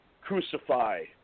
Crucify